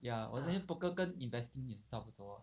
ya 我觉得 poker 跟 investing 也是差不多